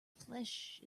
flesh